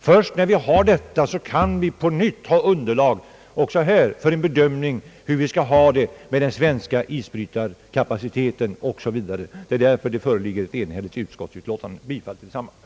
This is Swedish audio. Först när vi har detta klart, kan vi på nytt ha underlag också här för en bedömning av hur vi skall ha det med den svenska isbrytarflottans kapacitet osv. Det är därför som det föreligger ett enhälligt utskottsutlåtande, och jag yrkar bifall till detsamma.